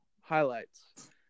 highlights